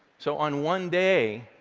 so on one day,